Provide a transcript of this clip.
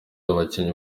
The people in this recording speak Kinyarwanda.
abakinnyi